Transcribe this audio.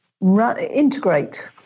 integrate